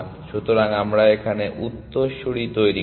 সুতরাং আমরা এখানে উত্তরসূরি তৈরি করি